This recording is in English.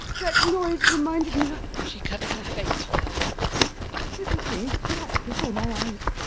that noise reminded me of she covers her face with her hands everything is black before my eyes.